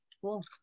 cool